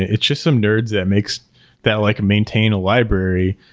it's just some nerds that makes that like maintain a library.